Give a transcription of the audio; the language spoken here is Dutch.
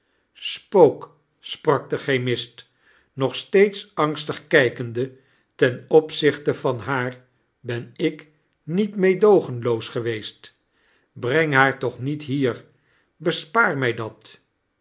spook sprak de chemist nog steeds angstig kijkenda ten opzichte van haar hen ik niet meedoogenloos geweest breing haar toch niet hier bespaar mij dat